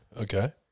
Okay